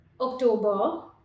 October